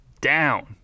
down